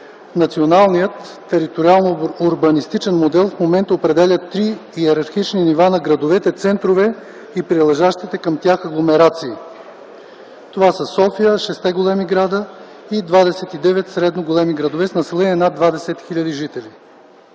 националният териториално-урбанистичен модел в момента определя три йерархични нива на градовете центрове и прилежащите към тях агломерации. Това са София, шестте големи града и 29 средно големи градове с население над 20 хил. жители.